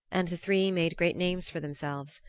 and the three made great names for themselves,